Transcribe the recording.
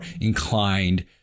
inclined